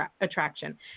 attraction